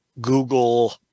Google